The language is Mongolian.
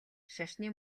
шашны